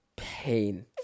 Pain